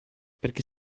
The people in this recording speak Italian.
perché